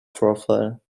profile